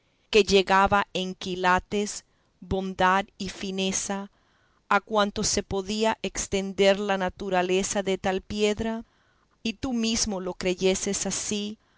que llegaba en quilates bondad y fineza a cuanto se podía estender la naturaleza de tal piedra y tú mesmo lo creyeses así